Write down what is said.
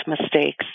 mistakes